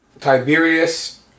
Tiberius